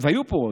והיו פה,